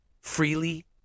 freely